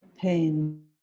pain